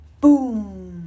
Boom